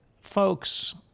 folks